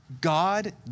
God